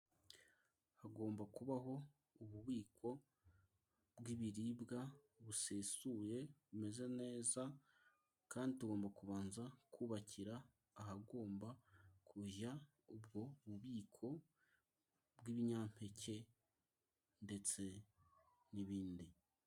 Hagomba kubaho ububiko bw'ibiribwa busesuye bumeze neza, kandi ugomba kubanza kubakira ahagomba kujya ubwo bubiko bw'ibinyampeke ndetse n'ibindi.